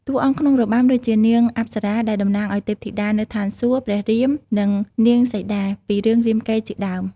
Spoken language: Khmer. តួអង្គក្នុងរបាំ ដូចជា នាងអប្សរា ដែលតំណាងឱ្យទេពធីតានៅឋានសួគ៌ ព្រះរាម និង នាងសីតា ពីរឿងរាមកេរ្តិ៍ជាដើម។